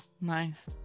Nice